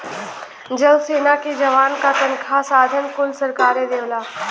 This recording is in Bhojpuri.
जल सेना के जवान क तनखा साधन कुल सरकारे देवला